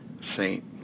saint